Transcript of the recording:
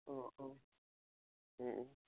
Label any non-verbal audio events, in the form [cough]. [unintelligible]